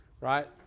right